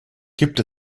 gibt